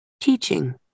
Teaching